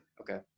Okay